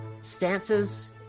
stances